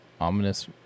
ominous